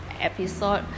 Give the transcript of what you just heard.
episode